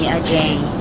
again